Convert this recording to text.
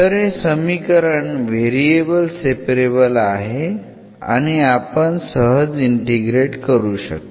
तर हे समीकरण व्हेरिएबल सेपरेबल आहे आणि आपण सहज इंटिग्रेट करू शकतो